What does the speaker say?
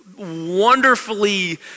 wonderfully